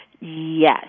Yes